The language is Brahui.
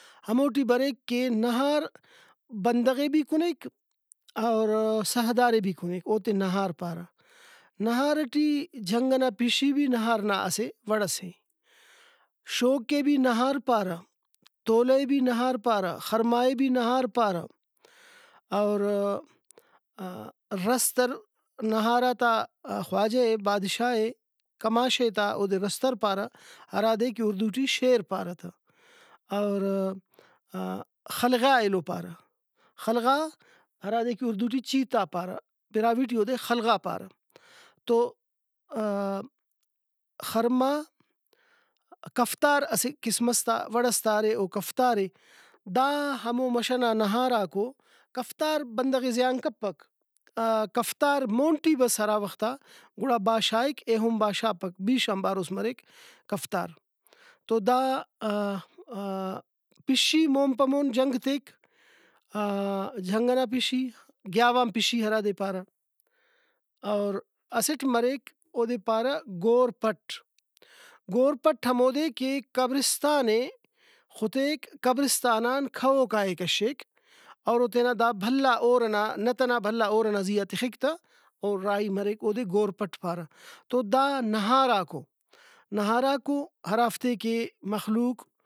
ہموٹی بریک کہ نہار بندغے بھی کُنیک اور ساہدارے بھی کُنیک اوتے نہار پارہ نہار ٹی جنگ ئنا پِشی بھی نہار نا اسہ وڑسے شوق ئے بھی نہار پارہ تولہ ئے بھی نہار پارہ خرما ئے بھی نہار پارہ اور رستر نہاراتا خواجہ ئے بادشاہ ئے کماشے تا اودے رستر ہرادے کہ اردو ٹی شیر پارہ تہ۔ اور خلغا ایلو پارہ خلغا ہرادے کہ اردو ٹی چیتا پارہ براہوئی ٹی اودے خلغا پارہ تو خرما کفتار اسہ قسم ئس تا وڑس تا ارے او کفتارے دا ہمو مش ئنا نہاراکو کفتار بندغے زیان کپک کفتار مون ٹی بس ہرا وختا گڑا با شاہک ایہن با شاپک بیش آن باروس مریک کفتار۔ تو دا پشی مون پہ مون جنگ تیک جنگ ئنا پشی گیاوان پشی ہرادے پارہ اور اسٹ مریک اودے پارہ گورپٹ گورپٹ ہمودے کہ قبرستان ئے خُتیک قبرستان آن کہوکائے کشیک اور اوتینا دا بھلا ہور ئنا نت ئنا بھلا ہور ئنا زیہا تخک تہ او راہی مریک اودے گور پٹ پارہ تو دا نہاراکو نہاراکو ہرافتے کہ مخلوق